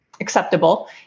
acceptable